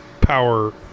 power